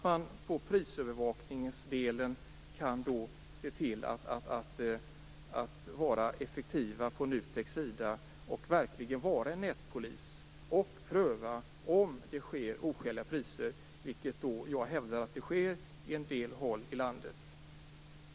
Man kan från NUTEK:s sida se till att vara effektiv i prisövervakningsdelen, verkligen vara en nätpolis och pröva om det tas ut oskäliga priser, vilket jag hävdar att det görs på en del håll i landet.